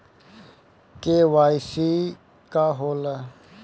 KYC का होला?